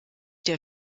der